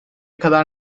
kadar